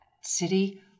city